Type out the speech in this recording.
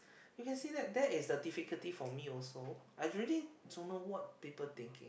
you can say that that is the difficulty for me also I really don't know what people thinking